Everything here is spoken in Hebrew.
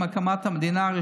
עם הקמת המדינה,